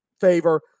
favor